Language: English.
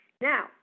Now